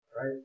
right